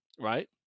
right